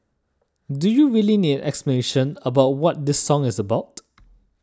do you really need explanation about what this song is about